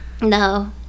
No